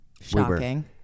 Shocking